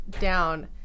down